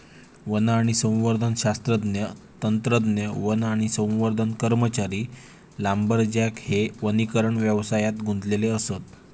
one आणि संवर्धन शास्त्रज्ञ, तंत्रज्ञ, वन आणि संवर्धन कर्मचारी, लांबरजॅक हे वनीकरण व्यवसायात गुंतलेले असत